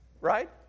right